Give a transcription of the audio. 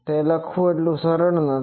તે લખવું એટલું સરળ નથી